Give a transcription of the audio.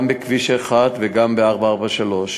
גם בכביש 1 וגם ב-443.